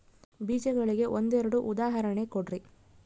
ಬೇಜಗಳಿಗೆ ಒಂದೆರಡು ಉದಾಹರಣೆ ಕೊಡ್ರಿ?